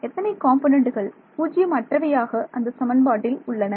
எத்தனை காம்பொனன்டுகள் பூஜ்ஜியம் அற்றவவையாக அந்த சமன்பாட்டில் உள்ளன